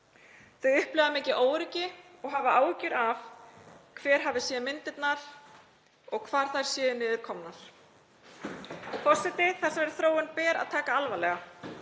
Þau upplifa mikið óöryggi og hafa áhyggjur af því hver hafi séð myndirnar og hvar þær séu niðurkomnar. Forseti. Þessa þróun ber að taka alvarlega.